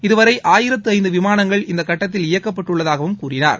இதுவரை ஆயிரத்து ஐந்து விமானங்கள் இந்தக் கட்டத்தில் இயக்கப்பட்டுள்ளதாகவும் கூறினார்